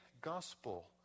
gospel